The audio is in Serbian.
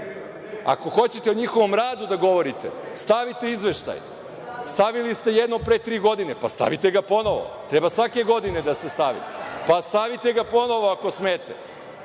hoćete o njihovom radu da govorite, stavite izveštaj. Stavili ste jednom pre tri godina, pa stavite ga ponovo. Treba svake godine da se stavi. Pa, stavite ga ponovo, ako smete,